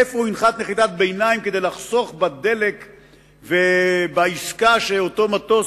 איפה הוא ינחת נחיתת ביניים כדי לחסוך בדלק ובעסקה של אותו מטוס,